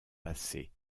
passées